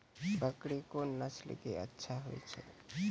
बकरी कोन नस्ल के अच्छा होय छै?